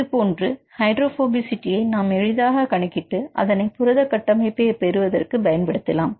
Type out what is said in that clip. இதுபோன்று ஹைடிராப்ஹோபிசிஐடி நாம் எளிதாக கணக்கிட்டு அதனை புரத கட்டமைப்பைப் பெறுவதற்கு பயன்படுத்தலாம்